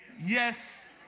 Yes